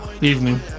Evening